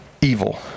evil